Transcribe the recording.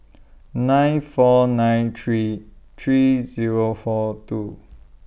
nine four nine three three Zero four two